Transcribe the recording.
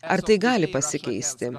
ar tai gali pasikeisti